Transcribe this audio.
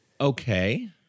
Okay